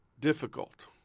difficult